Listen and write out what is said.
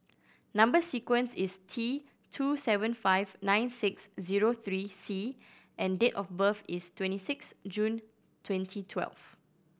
number sequence is T two seven five nine six zero three C and date of birth is twenty six June twenty twelve